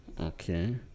Okay